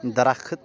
درخت